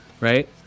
right